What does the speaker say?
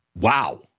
Wow